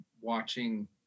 watching